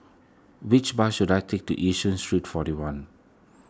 which bus should I take to Yishun Street forty one